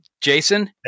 Jason